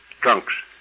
drunks